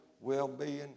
well-being